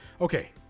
Okay